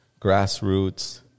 grassroots